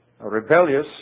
rebellious